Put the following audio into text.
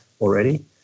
already